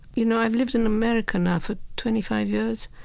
you know, i've lived in america now for twenty five years,